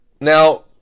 Now